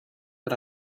but